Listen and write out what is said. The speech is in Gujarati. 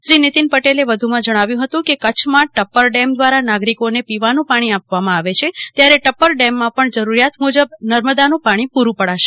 શ્રી નીતિન પટેલે વધુમાં જણાવ્યું હતું કે કચ્છમાં ટપ્પર ડેમ દ્વારા નાગરિકોને પીવાનું પાણી આપવામાં આવે છે ત્યારે ટપ્પર ડેમમાં પણ જરૂરિયાત મુજબ નર્મદાનું પાણી પૂરું પડાશે